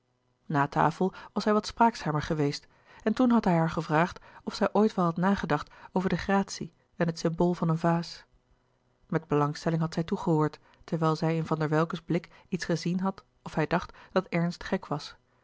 na tafel was hij wat spraakzamer geweest en toen had hij haar gevraagd of zij ooit wel had nagedacht over de gratie en het symbool van een vaas met belangstelling had zij toegehoord terwijl zij in van der welcke's blik iets gezien had of hij dacht dat ernst gek was